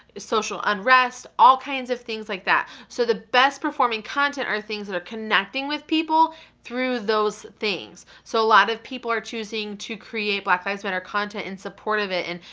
social unrest, all kinds of things like that, so the best performing content are things that are connecting with people through those things. so, a lot of people are choosing to create black lives matter content in support of it, and